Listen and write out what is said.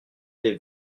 des